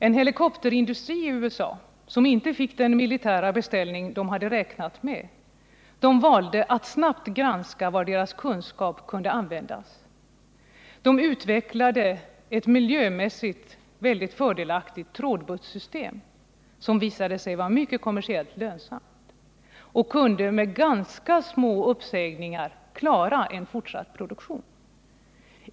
En helikopterindustri — Boeing Vertol — i USA, som inte fick den militära beställning den hade räknat med, valde att snabbt granska var dess kunskap kunde användas. Företaget utvecklade ett miljömässigt mycket fördelaktigt trådbussystem, som visade sig vara 32 kommersiellt mycket lönsamt, och man kunde med ett fåtal uppsägningar klara en fortsatt produktion.